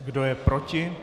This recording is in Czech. Kdo je proti?